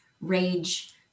rage